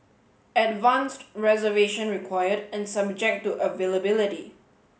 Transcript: advanced reservation required and subject to availability